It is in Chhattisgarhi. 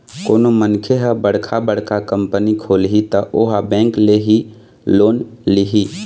कोनो मनखे ह बड़का बड़का कंपनी खोलही त ओहा बेंक ले ही लोन लिही